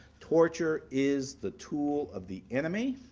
torture is the tool of the enemy.